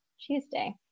Tuesday